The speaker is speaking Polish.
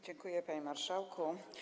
Dziękuję, panie marszałku.